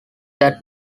that